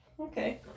Okay